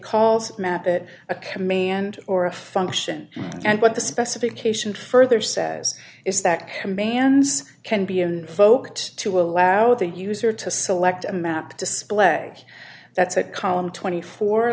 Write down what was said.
calls map that a command or a function and what the specification further says is that commands can be invoked to allow the user to select a map display that's a column twenty four